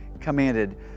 commanded